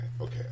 Okay